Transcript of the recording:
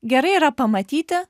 gerai yra pamatyti